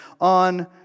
on